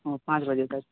हँ पाँच बजे तक